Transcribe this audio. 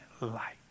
light